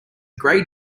gray